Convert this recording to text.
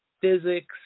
physics